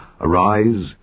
Arise